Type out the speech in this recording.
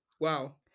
wow